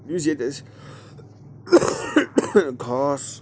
یُس ییٚتہِ اَسہِ خَاص